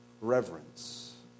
reverence